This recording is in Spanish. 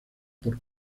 por